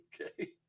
Okay